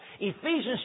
Ephesians